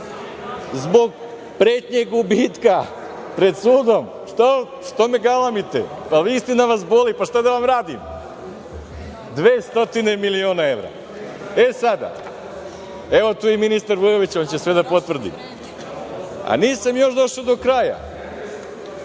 zbog pretnje gubitka pred sudom. Što ne galamite? Istina vas boli, pa šta da vam radim? Dve stotine miliona evra. Tu je i ministar Vujović koji će sve da potvrdi. Nisam još došao do kraja.